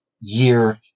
year